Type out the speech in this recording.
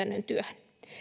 käytännön työhön